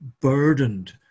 burdened